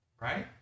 right